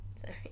sorry